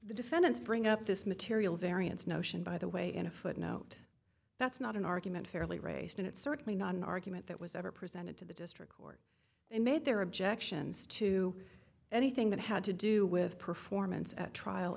the defendants bring up this material variance notion by the way in a footnote that's not an argument fairly raised and it's certainly not an argument that was ever presented to the district court and made their objections to anything that had to do with performance at trial